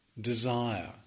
desire